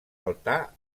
altar